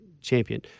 champion